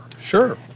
Sure